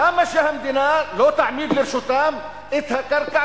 למה שהמדינה לא תעמיד לרשותם את הקרקע